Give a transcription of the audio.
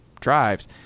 drives